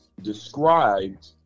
Described